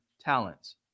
talents